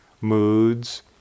moods